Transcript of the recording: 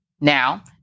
Now